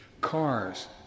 cars